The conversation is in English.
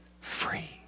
free